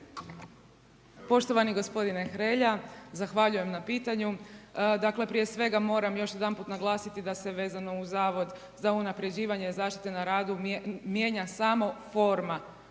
Poštovani gospodine Hrelja, zahvaljujem na pitanju. Dakle, prije svega moram još jedanput naglasiti da se vezano uz Zavod za unapređivanje zaštite na radu mijenja samo forma,